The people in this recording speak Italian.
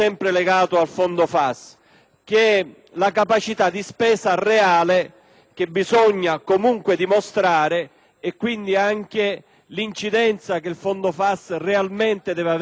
e quindi anche l’incidenza che il fondo FAS realmente deve avere sui territori e in modo particolare sul Mezzogiorno. Con questo emendamento proponiamo una soluzione.